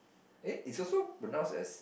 eh is also pronounce as